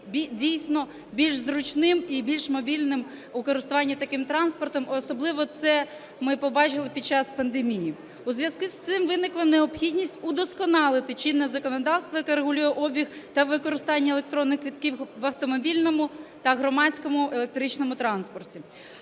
дійсно більш зручним і більш мобільним у користуванні таким транспортом, а особливо це ми побачили під час пандемії. У зв'язку з цим виникла необхідність удосконалити чинне законодавство, яке регулює обіг та використання електронних квитків в автомобільному та громадському електричному транспорті.